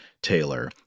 Taylor